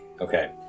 Okay